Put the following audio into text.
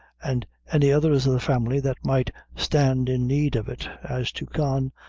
and any others of the family that might stand in need of it. as to con,